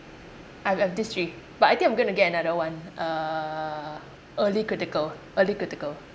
I have this three but I think I'm gonna get another one uh early critical early critical